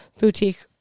boutique